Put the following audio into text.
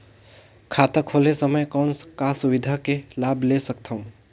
खाता खोले समय कौन का सुविधा के लाभ ले सकथव?